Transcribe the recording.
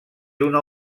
una